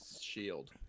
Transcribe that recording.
Shield